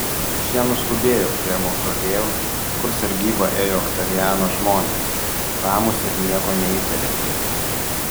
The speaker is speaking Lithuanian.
šie nuskubėjo prie mauzoliejaus kur sargybą ėjo oktaviano žmonės ramūs ir nieko neįtariantys